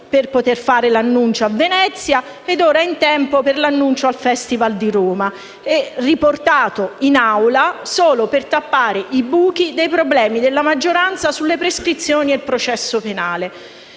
(per poter fare l’annuncio a Venezia) e ora in tempo per l’annuncio al Festival di Roma, riportato in Aula solo per tappare i buchi dei problemi della maggioranza sulle prescrizioni e il processo penale.